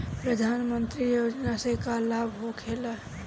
प्रधानमंत्री योजना से का लाभ होखेला?